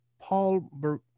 Paul